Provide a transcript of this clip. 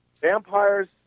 vampires